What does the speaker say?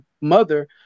mother